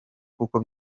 kuko